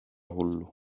hullu